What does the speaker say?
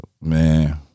Man